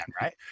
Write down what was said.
Right